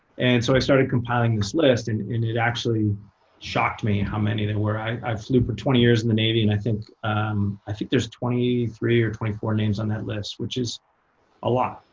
and so i started compiling this list, and it actually shocked me and how many there were. i i flew for twenty years in the navy. and i think i think there's twenty three or twenty four names on that list, which is a lot.